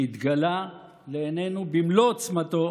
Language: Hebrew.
שהתגלה לעינינו במלוא עוצמתו